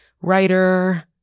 writer